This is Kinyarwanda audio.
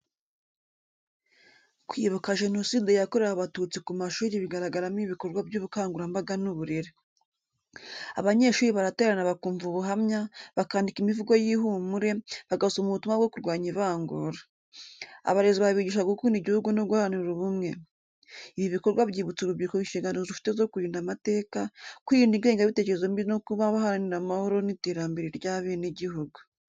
Kwibuka jenoside yakorewe Abatutsi ku mashuri bigaragaramo ibikorwa by’ubukangurambaga n’uburere. Abanyeshuri baraterana bakumva ubuhamya, bakandika imivugo y’ihumure, bagasoma ubutumwa bwo kurwanya ivangura. Abarezi babigisha gukunda igihugu no guharanira ubumwe. Ibi bikorwa byibutsa urubyiruko inshingano rufite zo kurinda amateka, kwirinda ingengabitekerezo mbi no kuba abaharanira amahoro n’iterambere ry’abenegihugu.